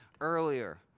earlier